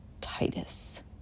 Titus